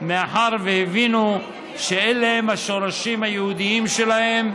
מאחר שהבינו שאלה הם השורשים היהודיים שלהם,